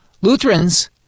Lutherans